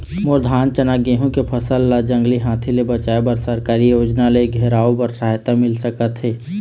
मोर धान चना गेहूं के फसल ला जंगली हाथी ले बचाए बर सरकारी योजना ले घेराओ बर सहायता मिल सका थे?